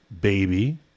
baby